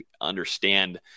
understand